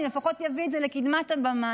לפחות אני אביא את זה לקדמת הבמה,